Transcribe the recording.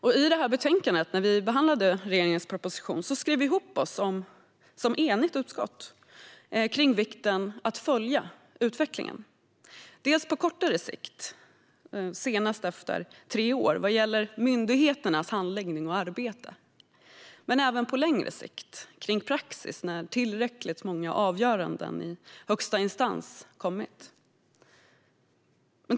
Och i detta betänkande, när vi behandlade regeringens proposition, skrev vi ihop oss som ett enigt utskott kring vikten av att följa utvecklingen - på kortare sikt, senast efter tre år, vad gäller myndigheternas handläggning och arbete och på längre sikt kring praxis när tillräckligt många avgöranden i högsta instans kommit.